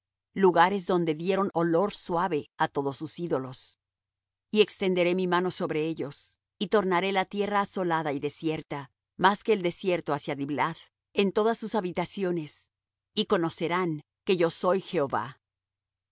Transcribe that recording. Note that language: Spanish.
lugares donde dieron olor suave á todos sus ídolos y extenderé mi mano sobre ellos y tornaré la tierra asolada y desierta más que el desierto hacia diblath en todas sus habitaciones y conocerán que yo soy jehová